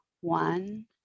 One